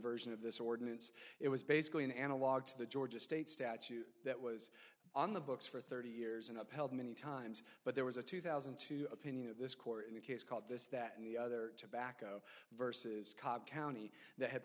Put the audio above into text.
version of this ordinance it was basically an analogue to the georgia state statute that was on the books for thirty years and upheld many times but there was a two thousand and two opinion of this court in a case called this that and the other tobacco versus cobb county that had